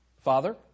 Father